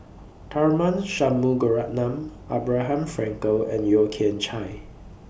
Tharman Shanmugaratnam Abraham Frankel and Yeo Kian Chye